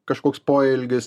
kažkoks poelgis